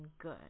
good